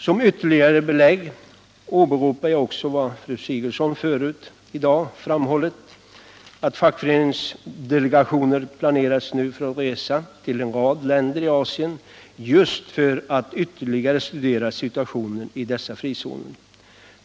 Som ytterligare belägg åberopar jag också vad fru Sigurdsen förut i dag framhållit, att fackföreningsdelegationer nu planerar att resa till en rad länder i Asien just för att ytterligare studera situationen i dessa frizoner.